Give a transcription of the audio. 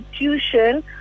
institution